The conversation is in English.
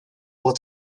what